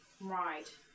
Right